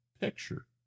picture